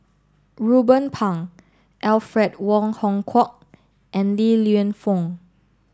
Ruben Pang Alfred Wong Hong Kwok and Li Lienfung